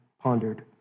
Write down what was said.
pondered